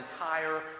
entire